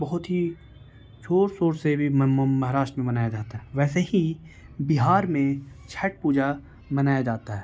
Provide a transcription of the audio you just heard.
بہت ہی زور شور سے بھی مہاراشٹرا میں منایا جاتا ہے ویسے ہی بہار میں چھٹ پوجا منایا جاتا ہے